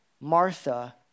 Martha